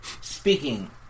Speaking